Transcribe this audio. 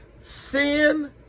Sin